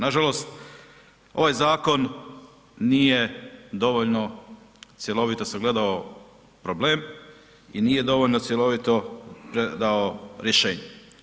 Nažalost, ovaj zakon nije dovoljno cjelovito sagledao problem i nije dovoljno cjelovito dao rješenje.